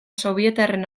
sobietarren